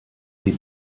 sie